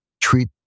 treat